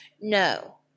No